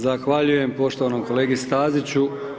Zahvaljujem poštovanom kolegi Staziću.